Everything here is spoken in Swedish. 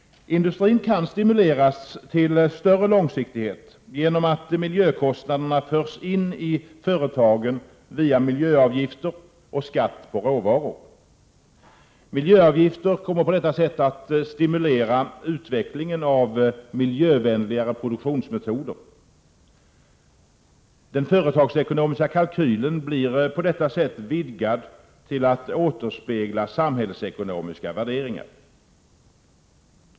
Industrin kan stimuleras till större långsiktighet genom att miljökostnaderna förs in i företagen via miljöavgifter och skatt på råvaror. Miljöavgifter kommer på detta sätt att stimulera utvecklingen av miljövänligare produktionsmetoder. Den företagsekonomiska kalkylen blir på detta sätt vidgad till att återspegla samhällsekonomiska värderingar.